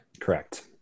Correct